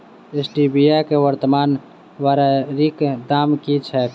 Stevia केँ वर्तमान बाजारीक दाम की छैक?